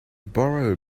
borrow